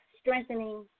strengthening